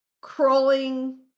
crawling